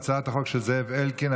הצעת החוק של זאב אלקין,